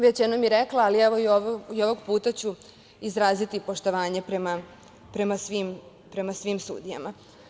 Već jednom sam rekla, ali ću i ovog puta izraziti poštovanje prema svim sudijama.